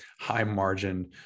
high-margin